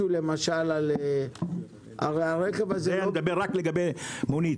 אני מדבר רק לגבי מונית.